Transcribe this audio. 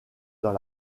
dans